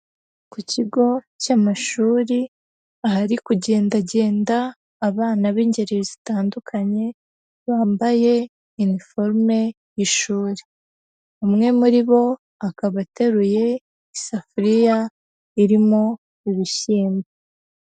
Ku kigo cy'amashuri ahari kugendagenda abana b'ingeri zitandukanye, bambaye iniforume y'ishuri, umwe muri bo akaba ateruye isafuriya irimo ibishyimbo.